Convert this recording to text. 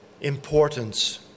importance